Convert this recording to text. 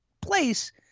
place